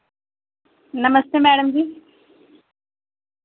नमस्ते madam जी